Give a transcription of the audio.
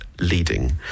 leading